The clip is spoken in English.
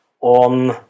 on